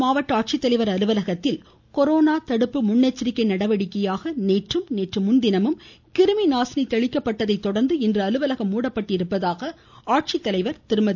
திருவள்ளுர் மாவட்ட ஆட்சித்தலைவர் அலுவலகத்தில் கொரோனா தடுப்பு முன்னெச்சரிக்கை நடவடிக்கையாக நேற்றும் நேற்று முன்தினமும் கிருமி நாசினி தெளிக்கப்பட்டதை தொடர்ந்து இன்று அலுவலகம் ஆட்சித்தலைவர் திருமதி